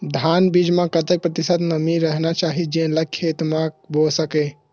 धान बीज म कतेक प्रतिशत नमी रहना चाही जेन ला खेत म बो सके?